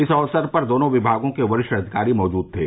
इस अवसर पर दोनों विभागों के वरिष्ठ अधिकारी मौजूद थे